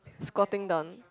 squatting down